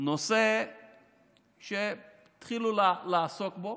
נושא שהתחילו לעסוק בו